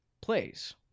plays